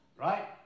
Right